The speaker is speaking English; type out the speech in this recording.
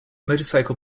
motorcycle